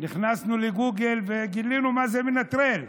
נכנסנו לגוגל וגילינו מה זה "מנטרל"